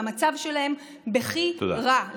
והמצב שלהם בכי רע.